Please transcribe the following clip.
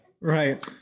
Right